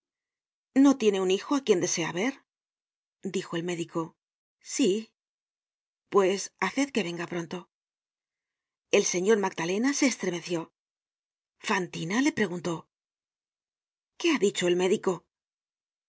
no tiene un hijo á quien desea ver dijo el médico sí pues haced que venga pronto el señor magdalena se estremeció fantina le preguntó qué ha dicho el médico